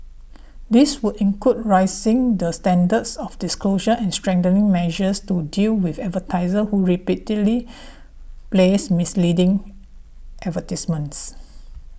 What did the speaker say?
this would include raising the standards of disclosure and strengthening measures to deal with advertisers who repeatedly place misleading advertisements